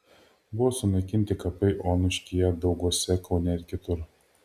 buvo sunaikinti kapai onuškyje dauguose kaune ir kitur